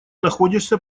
находишься